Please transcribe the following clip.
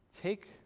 Take